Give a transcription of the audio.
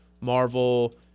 Marvel